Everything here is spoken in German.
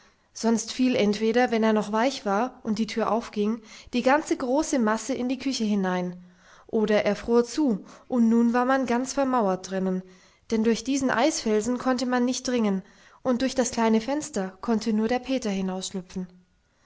sonst fiel entweder wenn er noch weich war und die tür aufging die ganze große masse in die küche hinein oder er fror zu und nun war man ganz vermauert drinnen denn durch diesen eisfelsen konnte man nicht dringen und durch das kleine fenster konnte nur der peter